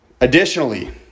Additionally